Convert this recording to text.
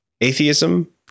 Atheism